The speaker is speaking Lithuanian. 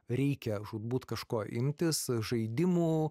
reikia žūtbūt kažko imtis žaidimų